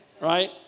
right